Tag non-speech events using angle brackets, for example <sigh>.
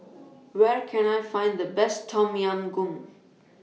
<noise> Where Can I Find The Best Tom Yam Goong